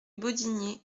bodinier